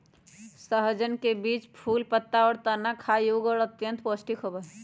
सहजनवन के बीज, फूल, पत्ता, और तना खाय योग्य और अत्यंत पौष्टिक होबा हई